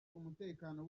umutekano